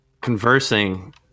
conversing